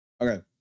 Okay